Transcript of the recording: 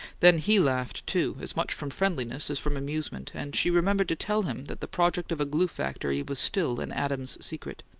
then he laughed, too, as much from friendliness as from amusement and she remembered to tell him that the project of a glue factory was still an adams secret.